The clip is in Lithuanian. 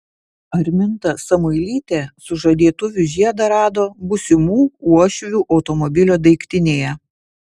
arminta samuilytė sužadėtuvių žiedą rado būsimų uošvių automobilio daiktinėje